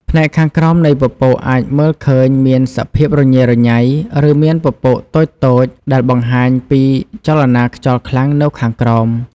ផ្នែកខាងក្រោមនៃពពកអាចមើលឃើញមានសភាពរញ៉េរញ៉ៃ ឬមានពពកតូចៗ ដែលបង្ហាញពីចលនាខ្យល់ខ្លាំងនៅខាងក្រោម។